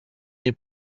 nie